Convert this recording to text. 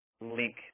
link